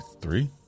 Three